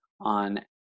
on